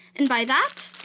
and by that,